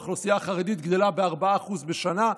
האוכלוסייה החרדית גדלה ב-4% בשנה.